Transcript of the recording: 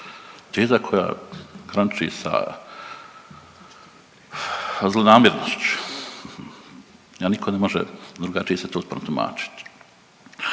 Teza koja graniči sa zlonamjernošću, a niko ne može drugačije se to protumačit.